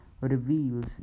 reveals